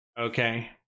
okay